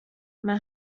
men